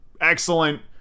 excellent